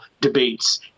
debates